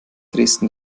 dresden